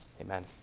Amen